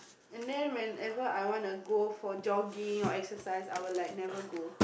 and then whenever I wanna go for jogging or exercise I will like never go